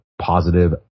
positive